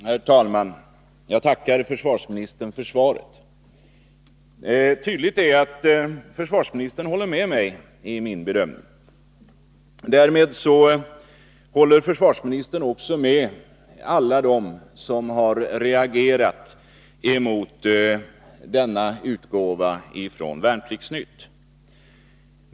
Herr talman! Jag tackar försvarsministern för svaret. Tydligt är att försvarsministern håller med mig i min bedömning. Därmed håller försvarsministern också med alla dem som reagerat emot denna utgåva av Värnplikts-Nytt.